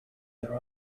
there